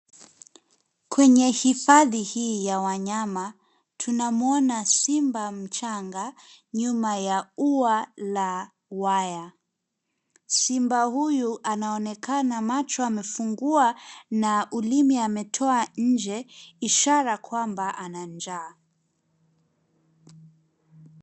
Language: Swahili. Kwenye hifadhi hii ya wanyama tunamuona simba mchanga nyuma ya ua la waya. Simba huyu anaonekana macho amefungua na ulimi ametoa nje ishara kwamba ana njaa.